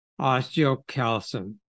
osteocalcin